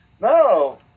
No